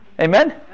Amen